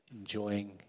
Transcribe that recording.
enjoying